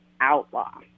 Outlaw